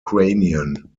ukrainian